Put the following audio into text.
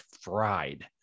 fried